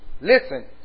Listen